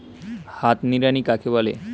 হাত নিড়ানি কাকে বলে?